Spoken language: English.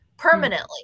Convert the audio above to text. Permanently